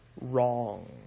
wrong